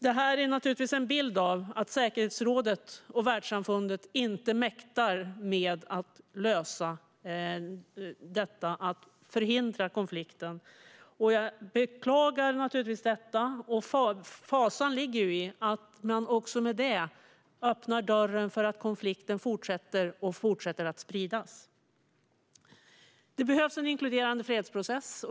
Det här ger bilden att säkerhetsrådet och världssamfundet inte mäktar med att lösa eller förhindra konflikten. Jag beklagar naturligtvis detta. Fasan ligger i att man i och med detta öppnar dörren för att konflikten fortsätter - och fortsätter att spridas. Det behövs en inkluderande fredsprocess.